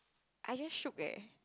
I just shook eh